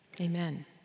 amen